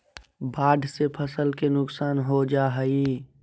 बाढ़ से फसल के नुकसान हो जा हइ